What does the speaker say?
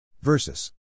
versus